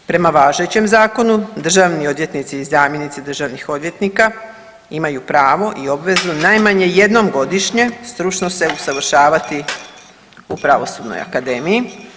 Prema važećem Zakonu državni odvjetnici i zamjenici državnih odvjetnika imaju pravo i obvezu najmanje jednom godišnje stručno se usavršavati u pravosudnoj akademiji.